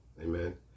Amen